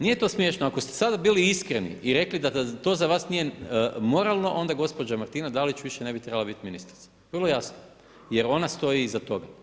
Nije to smiješno, ako ste do sada bili iskreni i rekli da to za vas nije moralno, onda gospođa Martina Dalić više ne bi trebala biti ministrica, vrlo jasno, jer ona stoji iza toga.